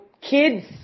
kids